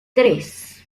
tres